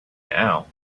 now